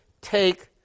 take